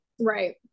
Right